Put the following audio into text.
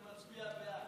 אני מצביע בעד.